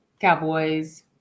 Cowboys